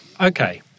Okay